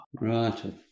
Right